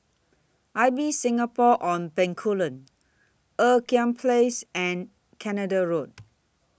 Ibis Singapore on Bencoolen Ean Kiam Place and Canada Road